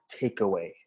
takeaway